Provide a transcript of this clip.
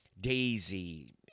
Daisy